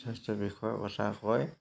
স্বাস্থ্যৰ বিষয়ে কথা কয়